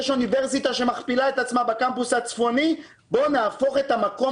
יש אוניברסיטה שמכפילה את עצמה בקמפוס הצפוני ובואו נהפוך את המקום